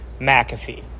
McAfee